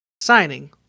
signing